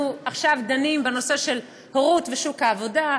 עכשיו דנים בנושא של הורות ושוק העבודה,